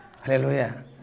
Hallelujah